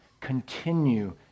Continue